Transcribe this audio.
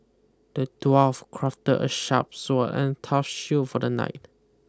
the dwarf crafted a sharp sword and a tough shield for the knight